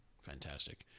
Fantastic